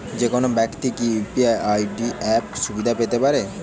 যেকোনো ব্যাক্তি কি ইউ.পি.আই অ্যাপ সুবিধা পেতে পারে?